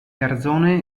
garzone